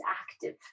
active